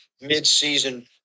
mid-season